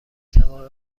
تمام